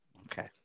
Okay